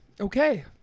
okay